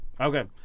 Okay